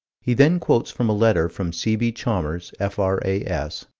he then quotes from a letter from c b. chalmers, f r a s,